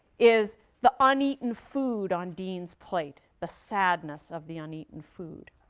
is the uneaten food on dean's plate, the sadness of the uneaten food.